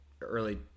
early